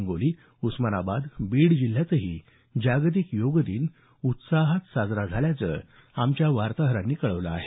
हिंगोली उस्मानाबाद बीड जिल्ह्यातही जागतिक योग दिन उत्साहात साजरा झाल्याचं आमच्या वार्ताहरांनी कळवलं आहे